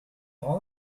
all